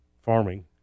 farming